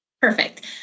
Perfect